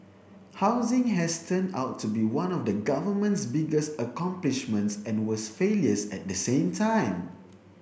housing has turned out to be one of the government's biggest accomplishments and worst failures at the same time